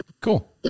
Cool